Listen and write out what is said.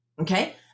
Okay